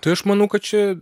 tai aš manau kad čia